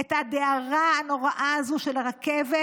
את הדהרה הנוראה הזאת של הרכבת,